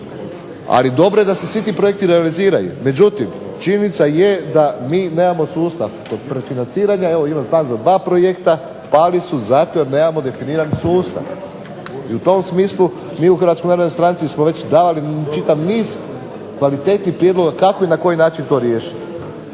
Ali dobro je da se svi ti projekti realiziraju, međutim činjenica je da mi nemamo sustav …/Govornik se ne razumije./… financiranja, evo …/Govornik se ne razumije./… za dva projekta, pali su zato jer nemamo definiran sustav. I u tom smislu mi u Hrvatskoj narodnoj stranci smo već dali čitav niz kvalitetnih prijedloga kako i na koji način to riješiti.